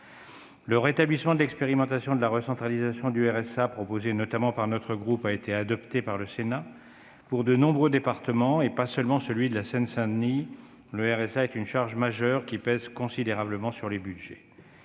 Le rétablissement de l'expérimentation de la recentralisation du RSA, proposé notamment par notre groupe, a été adopté par le Sénat. Pour de nombreux départements, et pas seulement celui de la Seine-Saint-Denis, le RSA est une charge majeure qui pèse considérablement sur les budgets.